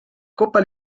copa